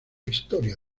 historia